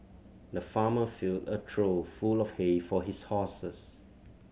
the farmer filled a trough full of hay for his horses